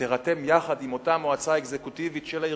שתירתם יחד עם אותה מועצה אקזקוטיבית של הארגונים,